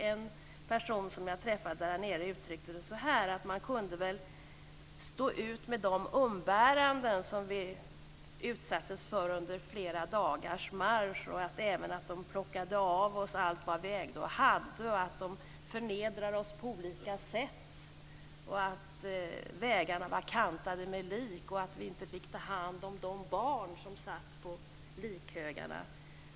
En person som jag träffade uttryckte det så här: Vi kunde väl stå ut med de umbäranden som vi utsattes för under flera dagars marsch, att man plockade av oss allt vi hade, att man förnedrade oss på olika sätt och att vägarna var kantade med lik, att vi inte fick ta hand om de barn som satt på likhögarna.